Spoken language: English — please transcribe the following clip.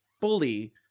fully